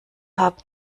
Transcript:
habe